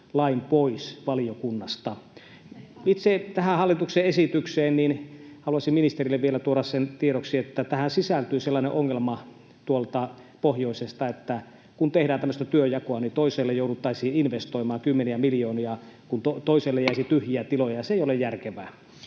lain pois valiokunnasta. Itse tähän hallituksen esitykseen — haluaisin ministerille vielä tuoda sen tiedoksi — sisältyy sellainen ongelma tuolta pohjoisesta, että kun tehdään tämmöistä työnjakoa, niin toisaalle jouduttaisiin investoimaan kymmeniä miljoonia, kun toisaalle jäisi tyhjiä tiloja, ja se ei ole järkevää.